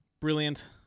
brilliant